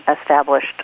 established